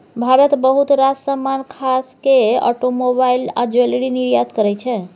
भारत बहुत रास समान खास केँ आटोमोबाइल आ ज्वैलरी निर्यात करय छै